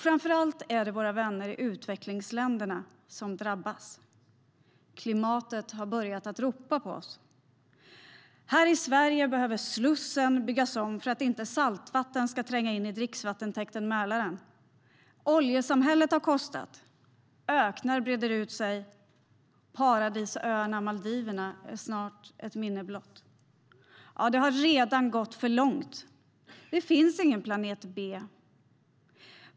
Framför allt är det våra vänner i utvecklingsländerna som drabbas. Klimatet har börjat ropa på oss. Här i Sverige behöver Slussen byggas om för att inte saltvatten ska tränga in i dricksvattentäkten Mälaren. Oljesamhället har kostat. Öknar breder ut sig, paradisöarna Maldiverna är snart ett minne blott. Ja det har redan gått för långt. Det finns ingen Planet B.